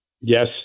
Yes